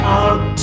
out